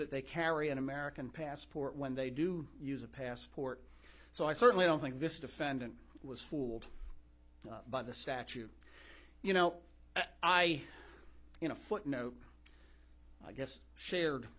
that they carry an american passport when they do use a passport so i certainly don't think this defendant was fooled by the statute you know i you know a footnote i guess shared